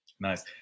Nice